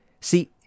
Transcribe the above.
See